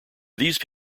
these